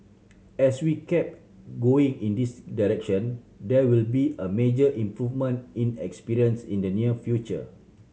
as we keep going in this direction there will be a major improvement in experience in the near future